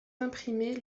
imprimés